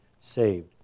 saved